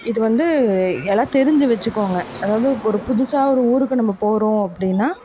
இதுவந்து எல்லாம் தெரிஞ்சு வெச்சுக்கோங்க அதாவது ஒரு புதுசாக ஒரு ஊருக்கு நம்ம போகிறோம் அப்படின்னா